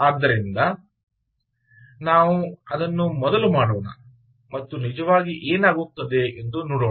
ಆದ್ದರಿಂದ ನಾವು ಅದನ್ನು ಮೊದಲು ಮಾಡೋಣ ಮತ್ತು ನಿಜವಾಗಿ ಏನಾಗುತ್ತದೆ ಎಂದು ನೋಡೋಣ